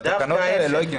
והתקנות האלה לא הגיוניות.